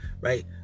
right